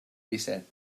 disset